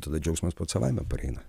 tada džiaugsmas pats savaime pareina